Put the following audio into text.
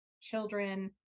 children